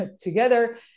together